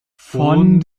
von